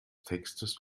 textes